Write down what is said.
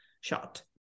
shot